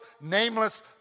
nameless